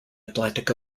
atlantic